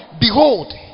behold